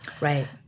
Right